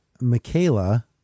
Michaela